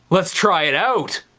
let's try it out!